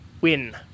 win